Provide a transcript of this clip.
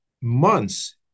months